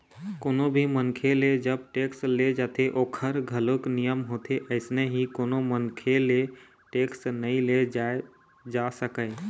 कोनो भी मनखे ले जब टेक्स ले जाथे ओखर घलोक नियम होथे अइसने ही कोनो मनखे ले टेक्स नइ ले जाय जा सकय